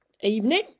Evening